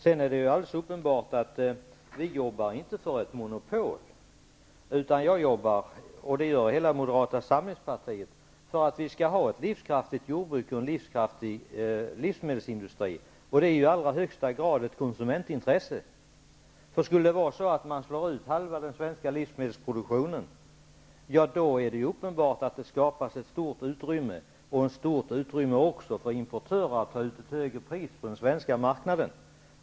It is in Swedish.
Det är alldeles uppenbart att vi inte jobbar för ett monopol. Jag, och hela Moderata samlingspartiet, jobbar för att vi skall ha ett livskraftigt jordbruk och en livskraftig livsmedelsindustri. Det är i allra högsta grad ett konsumentintresse. Slår man ut halva den svenska livsmedelsproduktionen skapas uppenbarligen ett stort utrymme för importörer att ta ut högre pris på den svenska marknaden.